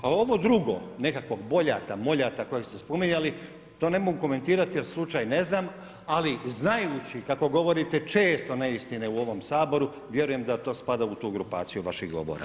A ovo drugo nekakvog boljata, moljata kojeg ste spominjali, to ne mogu komentirat jer slučaj ne znam, ali znajući kako govorite često neistine u ovom Saboru, vjerujem da to spada u tu grupaciju vaših govora.